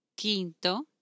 quinto